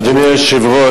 אדוני היושב-ראש,